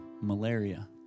malaria